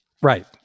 Right